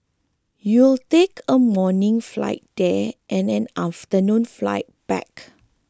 you'll take a morning flight there and an afternoon flight back